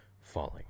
falling